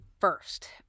first